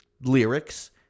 lyrics